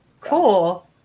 Cool